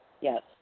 Yes